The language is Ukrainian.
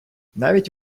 навіть